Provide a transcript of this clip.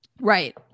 Right